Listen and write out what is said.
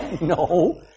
No